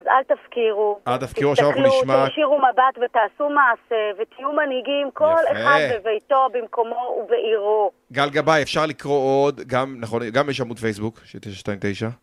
אז אל תפקירו, תסתכלו, תשירו מבט ותעשו מעשה ותהיו מנהיגים כל אחד בביתו, במקומו ובעירו. גל גבאי, אפשר לקרוא עוד, גם יש עמוד פייסבוק, שתשע שתיים תשע.